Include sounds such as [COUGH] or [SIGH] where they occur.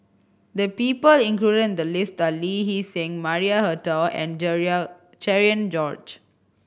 the people include in the list are Lee Hee Seng Maria Hotel and [UNINTELLIGIBLE] Cherian George